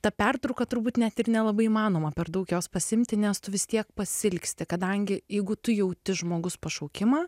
ta pertrauka turbūt net ir nelabai įmanoma per daug jos pasiimti nes tu vis tiek pasiilgsti kadangi jeigu tu jauti žmogus pašaukimą